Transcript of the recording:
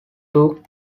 took